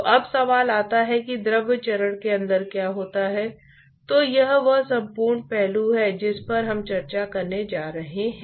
तो हमें क्या करना है कि हमें इस अभिव्यक्ति को उस ठोस के सतह क्षेत्र पर एकीकृत करना है